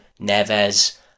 Neves